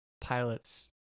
Pilots